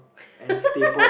and stapled